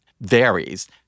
varies